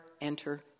enter